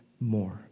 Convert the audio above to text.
more